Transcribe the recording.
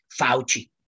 Fauci